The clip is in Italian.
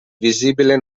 visibile